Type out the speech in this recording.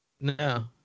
No